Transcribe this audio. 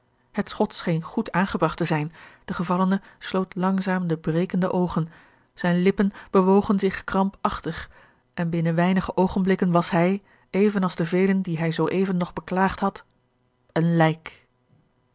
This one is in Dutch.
het schot scheen goed aangebragt te zijn de gevallene sloot langzaam de brekende oogen zijne lippen bewogen zich krampachtig en binnen weinige oogenblikken was hij even als de velen die hij zoo even nog beklaagd had een lijk